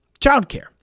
childcare